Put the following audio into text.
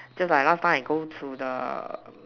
just like last time I go to the